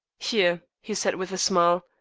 here, he said with a smile,